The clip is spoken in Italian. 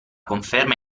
conferma